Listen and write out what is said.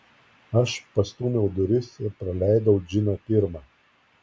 aš pastūmiau duris ir praleidau džiną pirmą